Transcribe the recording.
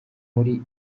muri